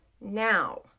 now